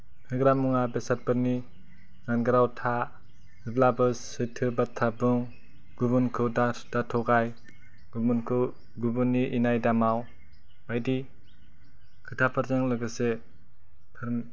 फेग्रा मुवा बेसादफोरनि जानगाराव था जेब्लाबो सैथो बाथ्रा बुं गुबुनखौ दा थगाय गुबुनखौ गुबुननि इनाय दा माव बायदि खोथाफोरजों लोगोसे फो